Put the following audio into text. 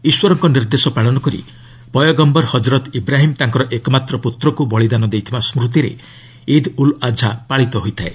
ଈଶ୍ୱରଙ୍କ ନିର୍ଦ୍ଦେଶ ପାଳନ କରି ପୟଗମ୍ଘର ହଜରତ୍ ଇବ୍ରାହିମ୍ ତାଙ୍କର ଏକମାତ୍ର ପୁତ୍ରକୁ ବଳିଦାନ ଦେଇଥିବା ସ୍କୁତିରେ ଇଦ୍ ଉଲ୍ ଆଝା ପାଳିତ ହୋଇଥାଏ